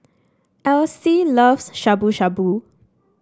Alyse loves Shabu Shabu